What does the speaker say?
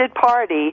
party